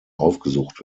aufgesucht